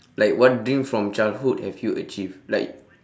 like what dream from childhood have you achieved like